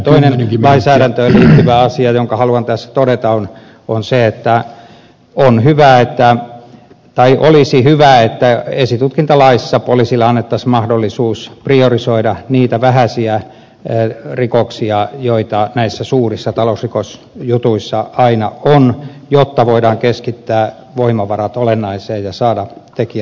toinen lainsäädäntöön liittyvä asia jonka haluan tässä todeta on se että olisi hyvä että esitutkintalaissa poliisille annettaisiin mahdollisuus priorisoida niitä vähäisiä rikoksia joita näissä suurissa talousrikosjutuissa aina on jotta voidaan keskittää voimavarat olennaiseen ja saada tekijät vastuuseen